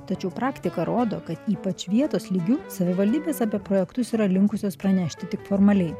tačiau praktika rodo kad ypač vietos lygiu savivaldybės apie projektus yra linkusios pranešti tik formaliai